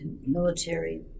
military